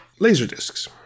Laserdiscs